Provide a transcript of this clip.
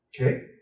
Okay